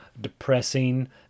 depressing